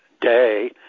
day